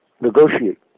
negotiate